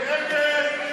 ההצעה להסיר